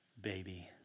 Baby